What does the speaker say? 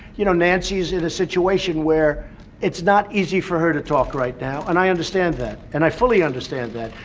you know, nancy is in a situation where it's not easy for her to talk right now. and i understand that. and i fully understand that.